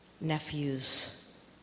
nephew's